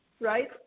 right